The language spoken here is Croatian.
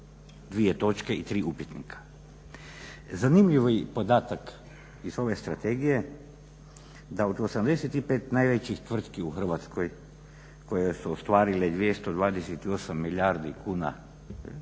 dvije točke i tri upitnika. Zanimljiv je podatak iz ove strategija da od 85 najvećih tvrtki u Hrvatskoj koje su ostvarile 228 milijardi kuna,